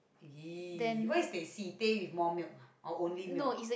!eee! what is teh-c with more milk or only milk